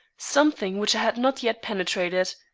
something which i had not yet penetrated.